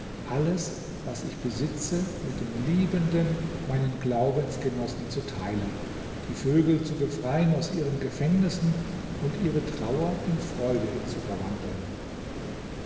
alles was ich besitze mit den liebenden meinen glaubensgenossen zu teilen die vögel zu befreien aus ihren gefängnissen und ihre trauer in freude zu verwandeln